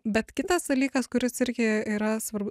bet kitas dalykas kuris irgi yra svarbu